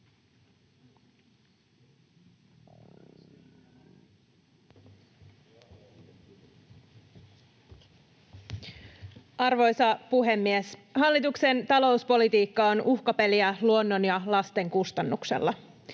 Arvoisa puhemies! Hallituksen talouspolitiikka on uhkapeliä luonnon ja lasten kustannuksella.